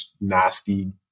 nasty